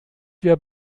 wir